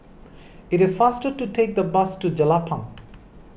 it is faster to take the bus to Jelapang